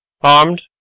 armed